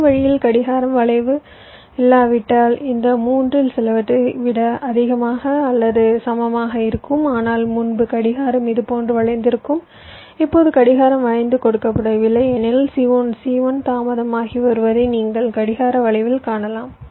அதே வழியில் கடிகாரம் வளைவு இல்லாவிட்டால் இந்த 3 இல் சிலவற்றை விட அதிகமாக அல்லது சமமாக இருக்கும் ஆனால் முன்பு கடிகாரம் இதுபோன்று வளைந்திருக்கும் இப்பொது கடிகாரம் வளைந்து கொடுக்கப்படவில்லை ஏனெனில் C1 தாமதமாகி வருவதை நீங்கள் கடிகார வளைவில் காணலாம்